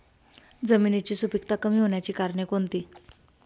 जमिनीची सुपिकता कमी होण्याची कारणे कोणती?